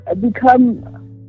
become